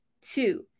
Two